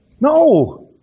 No